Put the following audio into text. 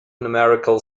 numerical